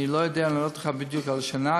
אני לא יודע לענות לך בדיוק על השנה,